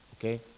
Okay